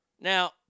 Now